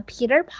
Peter